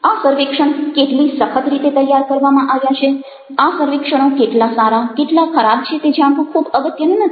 આ સર્વેક્ષણ કેટલી સખત રીતે તૈયાર કરવામાં આવ્યા છે આ સર્વેક્ષણો કેટલા સારા કેટલા ખરાબ છે તે જાણવું ખૂબ અગત્યનું નથી